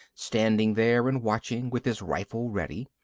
standing there and watching, with his rifle ready.